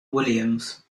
williams